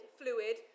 fluid